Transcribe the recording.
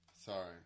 Sorry